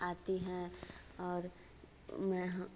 आती हैं और मैं हाँ